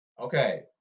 Okay